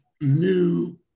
new